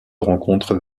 rencontre